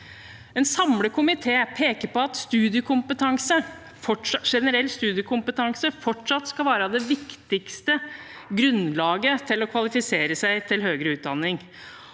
En samlet komité peker på at generell studiekompetanse fortsatt skal være det viktigste grunnlaget for å kvalifisere seg til høyere utdanning,